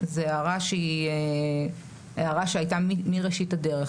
זאת הערה שהייתה מראשית הדרך,